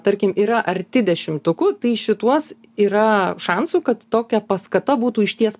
tarkim yra arti dešimtukų tai šituos yra šansų kad tokia paskata būtų išties